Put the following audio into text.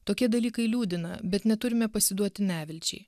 tokie dalykai liūdina bet neturime pasiduoti nevilčiai